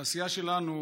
התעשייה שלנו,